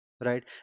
right